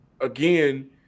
again